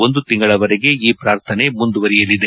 ಒಂದು ತಿಂಗಳ ವರೆಗೆ ಈ ಪ್ರಾರ್ಥನೆ ಮುಂದುವರೆಯಲಿದೆ